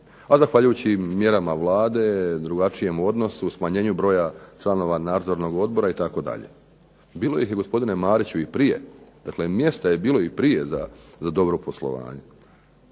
a zahvaljujući mjerama Vlade, drugačijem odnosu, smanjenju broja članova nadzornog odbora itd. Bilo ih je gospodine Mariću i prije, mjesta je bilo i prije za dobro poslovanje.